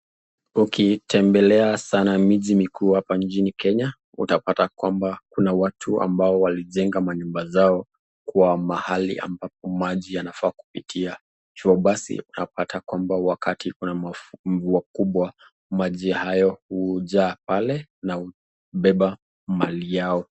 Ukitembelea sana miji mikuu hapa nchini Kenya, utapata kwamba kuna watu ambao walijenga manyumba zao kwa mahali ambapo maji yanafaa kupitia. Kwa hiyo basi, unapata kwamba wakati kuna mvua kubwa, maji hayo hujaa pale na hubeba mali yao.